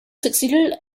succeeded